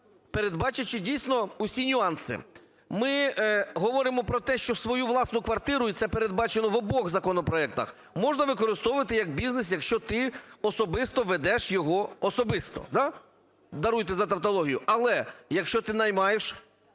передбачивши дійсно усі нюанси. Ми говоримо про те, що свою власну квартиру, і це передбачено в обох законопроектах, можна використовувати як бізнес, якщо ти особисто ведеш його особисто, да, даруйте за тавтологію. Але, якщо ти наймаєш